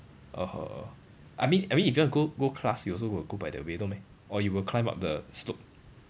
oh I mean I mean if you want to go go class you also will go by that way no meh or you will climb up the slope